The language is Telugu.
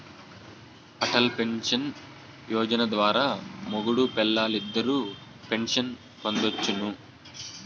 అటల్ పెన్సన్ యోజన ద్వారా మొగుడూ పెల్లాలిద్దరూ పెన్సన్ పొందొచ్చును